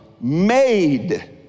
made